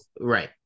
right